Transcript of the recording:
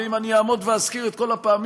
ואם אני אעמוד ואזכיר את כל הפעמים,